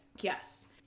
Yes